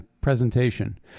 presentation